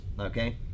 okay